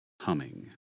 humming